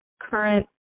current